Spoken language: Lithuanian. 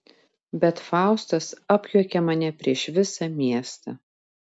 bet faustas apjuokia mane prieš visą miestą